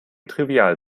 trivial